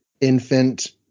infant